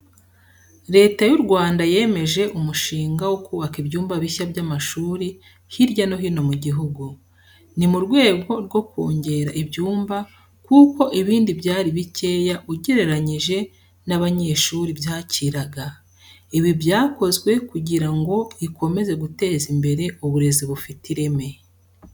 Leta y'u Rwanda yemeje umushinga wo kubaka ibyumba bishya by'amashuri hirya no hino mu gihugu. Ni mu rwego rwo kongera ibyumba kuko ibindi byari bikeya ugereranyije n'abanyeshuri byakiraga. Ibi byakozwe kugira ngo ikomeze guteza imbere uburezi bufite ireme.